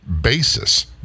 basis